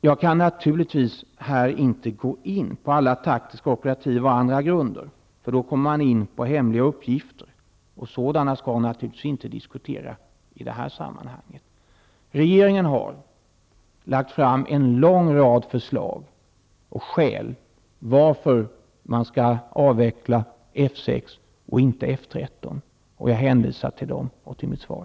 Jag kan naturligtvis här inte gå in på alla taktiska, operativa och andra grunder, för då kommer man in på hemliga uppgifter, och sådana skall naturligtvis inte diskuteras i det här sammanhanget. Regeringen har lagt fram en lång rad förslag om och skäl för att man skall avveckla F 6 och inte F 13. Jag hänvisar till dem och till mitt svar.